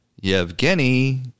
Yevgeny